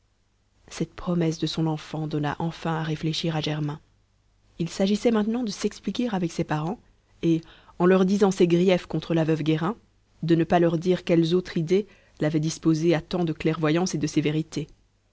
cette promesse de son enfant donna enfin à réfléchir à germain il s'agissait maintenant de s'expliquer avec ses parents et en leur disant ses griefs contre la veuve guérin de ne pas leur dire quelles autres idées l'avaient disposé à tant de clairvoyance et de sévérité